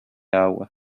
agua